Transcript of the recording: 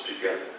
together